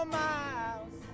miles